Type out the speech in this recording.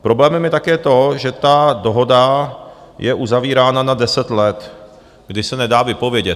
Problémem je také to, že ta dohoda je uzavírána na deset let, kdy se nedá vypovědět.